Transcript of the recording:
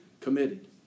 committed